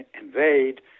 invade